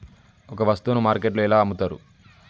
ఒక వస్తువును మార్కెట్లో ఎలా అమ్ముతరు?